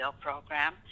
program